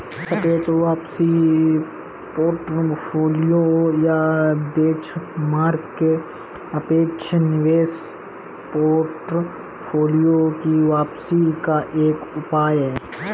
सापेक्ष वापसी पोर्टफोलियो या बेंचमार्क के सापेक्ष निवेश पोर्टफोलियो की वापसी का एक उपाय है